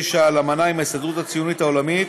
על אמנה עם ההסתדרות הציונית העולמית